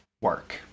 work